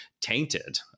tainted